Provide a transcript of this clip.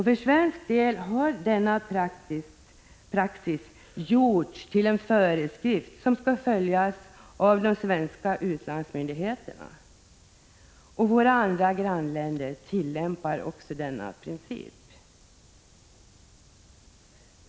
För svenskt vidkommande har denna praxis fastlagts i en föreskrift som skall följas av de svenska utlandsmyndigheterna, och även våra grannländer tillämpar denna princip.